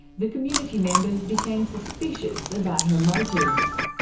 the community members became suspicious about her motives.